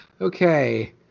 Okay